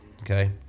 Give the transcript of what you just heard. okay